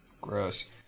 gross